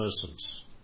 persons